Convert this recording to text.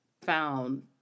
found